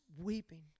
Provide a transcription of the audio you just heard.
weeping